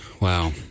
Wow